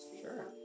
Sure